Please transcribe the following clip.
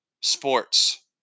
sports